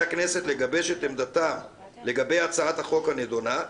הכנסת לגבש את עמדתם לגבי הצעת החוק הנדונה,